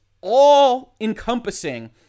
all-encompassing